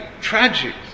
tragic